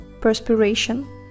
perspiration